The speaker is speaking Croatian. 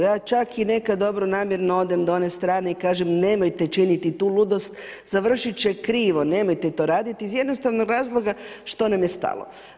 Ja čak i nekad dobronamjerno odem do one strane i kažem nemojte činiti tu ludost, završit će krivo, nemojte to raditi iz jednostavnog razloga što nam je stalo.